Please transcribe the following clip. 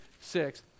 six